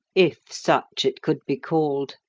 if such it could be called.